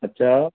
अच्छा